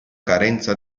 carenza